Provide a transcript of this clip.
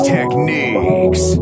Techniques